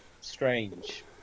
strange